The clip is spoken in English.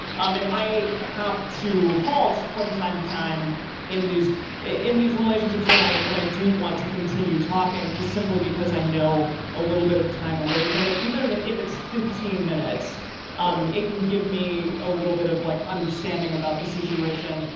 um and i have to halt from time to time in these in these relationships when i when i do want to continue talking, just simply because i know a little bit of time away from it even and if it's fifteen minutes um it can give me a little bit of like understanding about the situation.